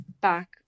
back